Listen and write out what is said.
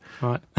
Right